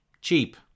cheap